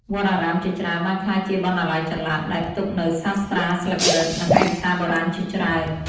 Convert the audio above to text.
វត្តអារាមជាច្រើនបានក្លាយជាបណ្ណាល័យចល័ត ដែលផ្ទុកនូវសាត្រាស្លឹករឹត និងឯកសារបុរាណជាច្រើន។